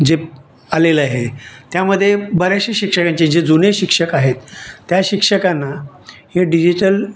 जे आलेलं आहे त्यामध्ये बऱ्याचश्या शिक्षकांचे जे जुने शिक्षक आहेत त्या शिक्षकांना हे डिजिटल